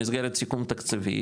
במסגרת סיכום תקציבי,